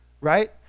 Right